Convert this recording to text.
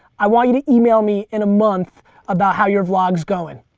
i want you to email me in a month about how your vlog's going.